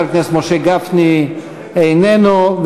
חבר הכנסת משה גפני איננו נוכח,